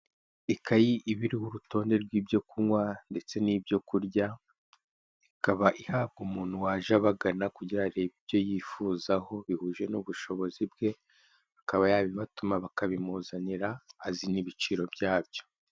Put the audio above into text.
Ikaye iba iriho urutonde rw'ibyo kunywa ndetse n'ibyo kurya, ikaba ihabwa umuntu waje abagana kugira arebe ibyo yifuzaho bihuje n'ubushobozi bwe akaba yabibatuma bakabimuzanira azi n'ibiciro byabyo.